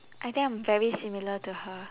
I think I'm very similar to her